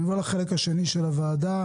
אני עובר לחלק השני של הוועדה,